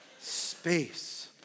space